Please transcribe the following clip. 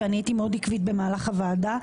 ואני הייתי מאוד עקבית במהלך הוועדה,